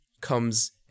comes